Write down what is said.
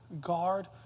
guard